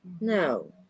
No